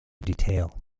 detail